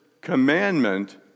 commandment